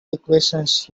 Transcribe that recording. equations